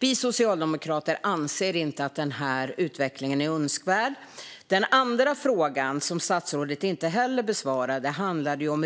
Vi socialdemokrater anser inte att den här utvecklingen är önskvärd. Den andra frågan, som statsrådet inte heller besvarade, handlar om